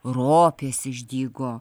ropės išdygo